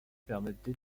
permettent